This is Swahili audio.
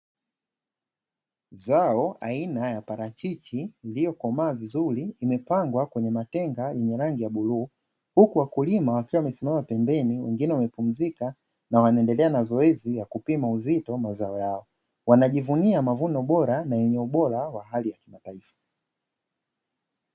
Zao aina ya prachichi iliyokomaa vizuri imepangwa kwenye matenga yenye rangi ya bluu, huku wakulima wakiwa wamesimama pembeni na wengine kupumzika na wanaendelea na zoezi la kupima uzito mazao yao, wanajivunia mavuno bora na yenye ubora wa hali ya kimataifa.